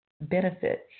benefits